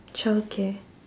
childcare